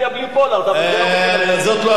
זאת לא השאלה.